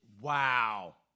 Wow